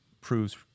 proves